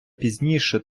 пізніше